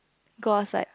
go outside